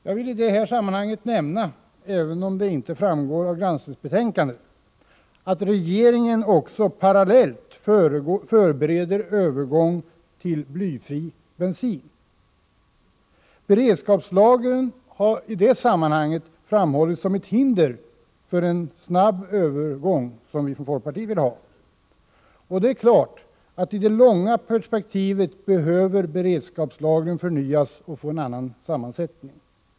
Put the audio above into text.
Jag vill i det här sammanhanget nämna, även om det inte framgår av granskningsbetänkandet, att regeringen parallellt också förbereder övergång till blyfri bensin. Beredskapslagren har därvid framhållits såsom ett hinder för en snabb övergång, vilket vi från folkpartiet vill ha. I det långa perspektivet behöver beredskapslagren givetvis förnyas och få en annan sammansättning.